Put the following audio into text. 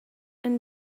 and